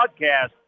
Podcast